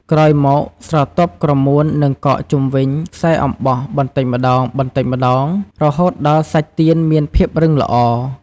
ក្រោយមកស្រទាប់ក្រមួននឹងកកជុំវិញខ្សែអំបោះបន្តិចម្ដងៗ រហូតដល់សាច់ទៀនមានភាពរឹងល្អ។